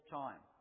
time